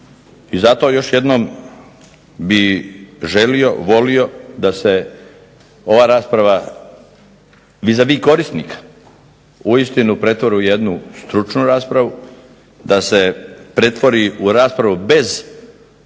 I zato još jednom bih želio, volio da se ova rasprava vis a vis korisnika uistinu pretvori u jednu stručnu raspravu, da se pretvori u raspravu bez niskih